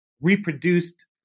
reproduced